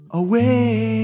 away